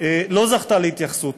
לא זכתה להתייחסות.